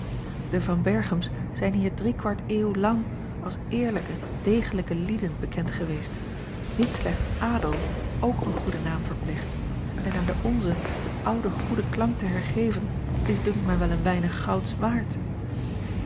de van berchems zijn hier drie kwart eeuw lang als eerlijke degelijke lieden bekend geweest niet slechts adel ook een goede naam verplicht en aan den a l g bosboom-toussaint langs een omweg onzen den ouden goeden klank te hergeven is dunkt mij wel een weinig gouds waard